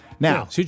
Now